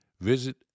visit